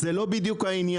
סליחה, זה לא בדיוק העניין.